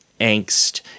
angst